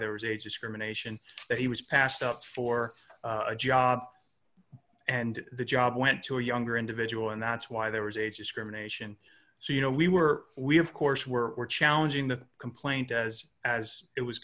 there was a discrimination that he was passed out for a job and the job went to a younger individual and that's why there was a discrimination so you know we were we have course we're we're challenging the complaint does as it was